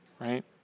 right